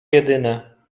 jedyne